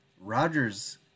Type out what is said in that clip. rogers